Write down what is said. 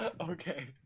Okay